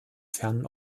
fernen